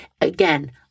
Again